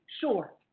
sure